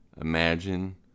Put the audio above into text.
imagine